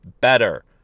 better